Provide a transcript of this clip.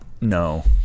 no